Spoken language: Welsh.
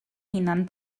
hunan